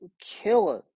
killer